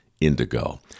indigo